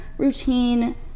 Routine